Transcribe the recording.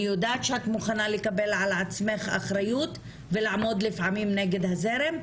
אני יודעת שאת מוכנה לקבל על עצמך אחריות ולעמוד לפעמים נגד הזרם,